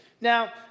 Now